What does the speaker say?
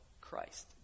Christ